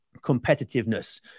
competitiveness